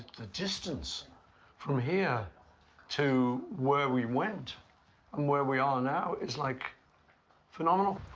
the distance from here to where we went and where we are now, it's like phenomenal.